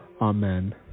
Amen